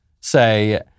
say